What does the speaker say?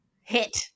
hit